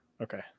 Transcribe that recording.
Okay